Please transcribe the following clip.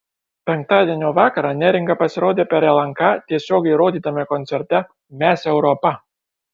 penktadienio vakarą neringa pasirodė per lnk tiesiogiai rodytame koncerte mes europa